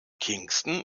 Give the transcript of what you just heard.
kingston